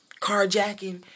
carjacking